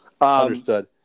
Understood